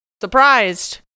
surprised